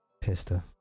Pista